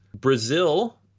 Brazil